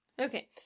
Okay